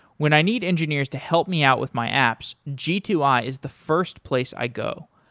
when i need engineers to help me out with my apps, g two i is the first place i go,